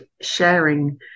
sharing